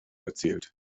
erzählt